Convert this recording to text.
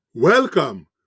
Welcome